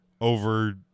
over